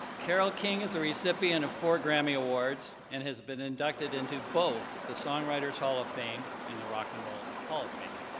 carole king is the recipient of four grammy awards and has been inducted into both the songwriters hall of fame and the rock and roll hall of fame.